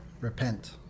Repent